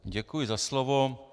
Děkuji za slovo.